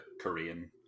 Korean